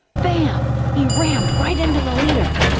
bam, he rammed right into the leader.